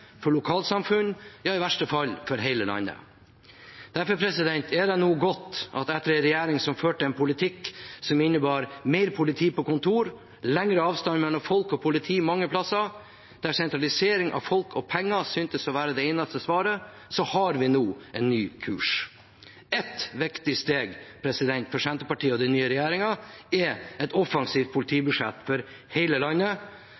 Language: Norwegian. for lokalsamfunn, ja i verste fall for hele landet. Derfor er det nå godt at etter en regjering som førte en politikk som innebar mer politi på kontor, lengre avstand mellom folk og politi mange plasser, der sentralisering av folk og penger syntes å være det eneste svaret, har vi nå en ny kurs. Ett viktig steg for Senterpartiet og den nye regjeringen er et offensivt politibudsjett for hele landet